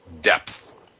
depth